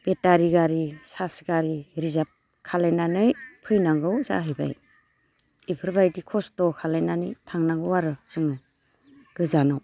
बेटारि गारि चार्ज गारि रिजार्भ खालायनानै फैनांगौ जाहैबाय इफोरबायदि खस्थ' खालामनानै थांनांगौ आरो जोङो गोजानाव